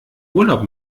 urlaub